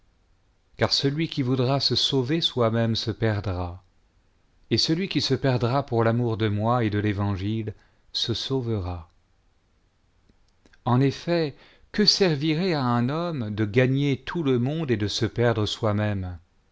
car celui qui voudra se sauver soi-même se perdra et celui qui se perdra pour l'amour de moi et de l'évangile se sauvera en effet que servirait à un homme de gagner tout le monde et de se perdre soimême